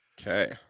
Okay